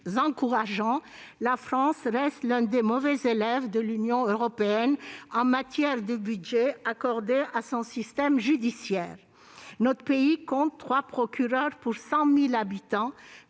encourageants, la France reste l'un des mauvais élèves de l'Union européenne en matière de budget accordé à son système judiciaire. Notre pays compte trois procureurs pour 100 000 habitants,